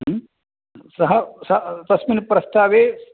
सः स तस्मिन् प्रस्तावे